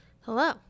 hello